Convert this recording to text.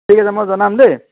ঠিক আছে মই জনাম দেই